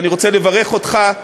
אני רוצה לברך אותך,